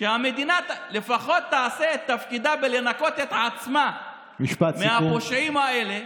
לפחות שהמדינה תעשה את תפקידה בלנקות את עצמה מהפושעים האלה,